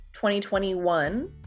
2021